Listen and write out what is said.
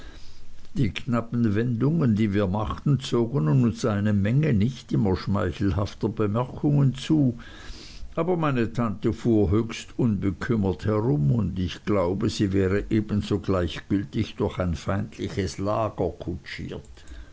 die knappen wendungen die wir machten zogen uns eine menge nicht immer schmeichelhafter bemerkungen zu aber meine tante fuhr höchst unbekümmert herum und ich glaube sie wäre ebenso gleichgültig durch ein feindliches lager kutschiert